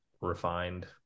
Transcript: refined